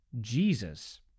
Jesus